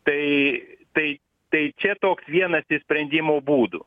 tai tai tai čia toks vienas iš sprendimo būdų